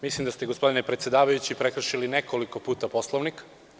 Mislim da ste, gospodine predsedavajući, prekršili nekoliko puta Poslovnik.